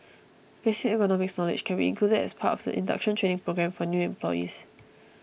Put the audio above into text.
basic ergonomics knowledge can be included as part of the induction training programme for new employees